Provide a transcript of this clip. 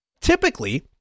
Typically